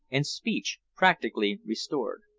and speech practically restored.